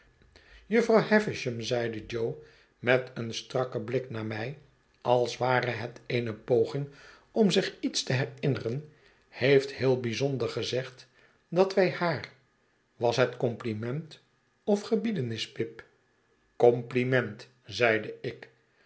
jufvrouw havisham zeide jo met een strakken blik naar mij als ware het eene poging om zich iets te herinneren heeft heel bijzonder gezegd dat wij haar was het compliment of gebiedenis pip compliment zeide ik